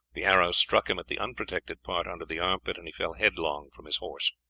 the arrow struck him at the unprotected part under the arm-pit, and he fell headlong from his horse.